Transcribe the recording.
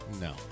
No